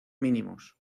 mínimos